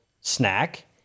snack